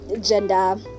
gender